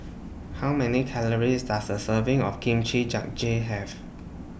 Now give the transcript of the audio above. How Many Calories Does A Serving of Kimchi Jjigae Have